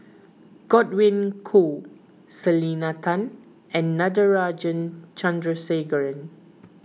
Godwin Koay Selena Tan and Natarajan Chandrasekaran